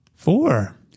Four